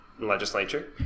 legislature